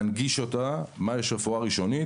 יש רפואה ראשונית,